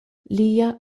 lia